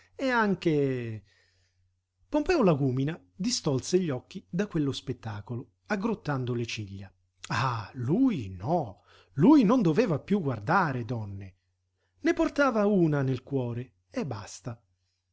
e anche pompeo lagúmina distolse gli occhi da quello spettacolo aggrottando le ciglia ah lui no lui non doveva piú guardare donne ne portava una nel cuore e basta